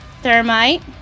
thermite